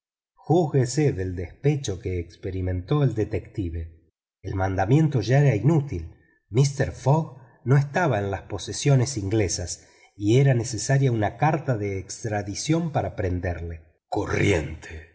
júzguese del despecho que experimentó el detective el mandamiento ya era inútil mister fogg no estaba en las posesiones inglesas y era necesaria una carta de extradición para prenderlo corriente